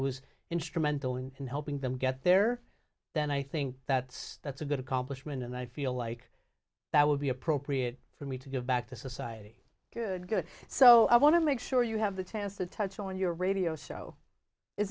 was instrumental in helping them get there then i think that that's a good accomplishment and i feel like that would be appropriate for me to give back to society good good so i want to make sure you have the chance to touch on your radio show is